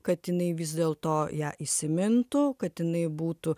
kad jinai vis dėlto ją įsimintų kad jinai būtų